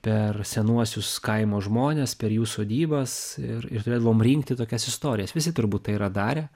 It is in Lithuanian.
per senuosius kaimo žmones per jų sodybas ir ir turėdavom rinkti tokias istorijas visi turbūt tai yra darę